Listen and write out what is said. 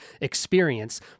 experience